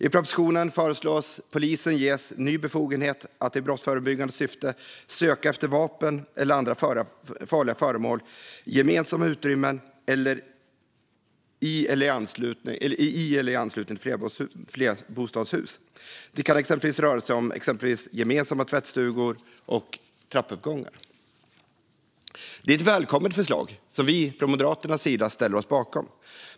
I propositionen föreslås polisen ges en ny befogenhet att i brottsförebyggande syfte söka efter vapen eller andra farliga föremål i gemensamma utrymmen i eller i anslutning till flerbostadshus. Det kan exempelvis röra sig om gemensamma tvättstugor och trappuppgångar. Det är ett välkommet förslag som vi från Moderaternas sida ställer oss bakom.